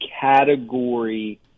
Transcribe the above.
category